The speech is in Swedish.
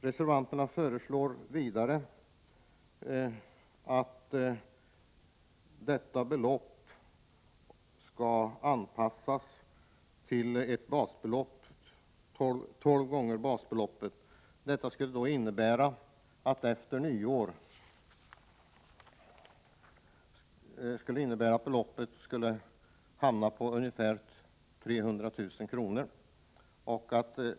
Reservanterna föreslår en höjning av grundavdraget till tolv gånger basbeloppet, vilket skulle innebära att efter nyår grundavdraget hamnar på ca 300 000 kr.